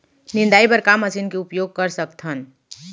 निंदाई बर का मशीन के उपयोग कर सकथन?